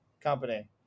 company